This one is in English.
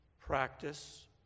practice